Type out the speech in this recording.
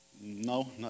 No